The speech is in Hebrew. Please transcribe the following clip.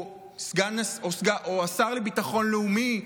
או השר לביטחון לאומי,